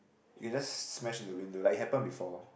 it just smash into the window like it happen before